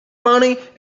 money